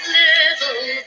little